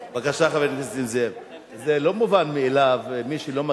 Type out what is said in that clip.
בבקשה, חבר הכנסת נסים זאב.